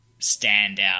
standout